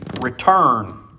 return